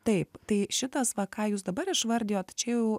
taip tai šitas va ką jūs dabar išvardijot čia jau